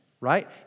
right